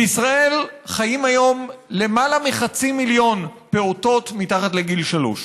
בישראל חיים היום למעלה מחצי מיליון פעוטות מתחת לגיל שלוש.